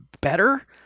better